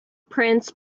prince